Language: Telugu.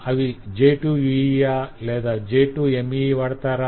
J2EE లేదా J2ME ని వాడతారా